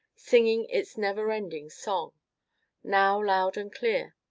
singing its never-ending song now loud and clear,